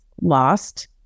lost